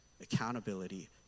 accountability